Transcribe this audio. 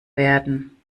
werden